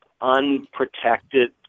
unprotected